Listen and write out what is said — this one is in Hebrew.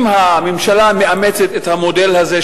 אם הממשלה מאמצת את המודל הזה,